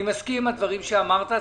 אני מסכים עם הדברים שאמרת.